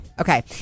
Okay